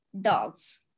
dogs